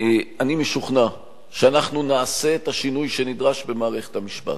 אני משוכנע שאנחנו נעשה את השינוי שנדרש במערכת המשפט.